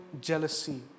jealousy